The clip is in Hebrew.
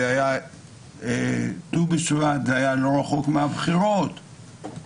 זה היה לא רחוק מהבחירות.